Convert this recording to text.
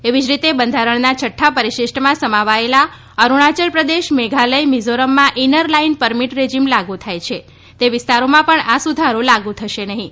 એવી જ રીતે બંધારણના છઠ્ઠા પરિશિષ્ટમાં સમાવાયેલા અરૂણાચલ પ્રદેશ મેઘાલય મિઝોરમમાં ઈનર લાઈન પરમીટ રેજીમ લાગુ થાય છે તે વિસ્તારોમાં પણ આ સુધારો લાગુ થશે નહીં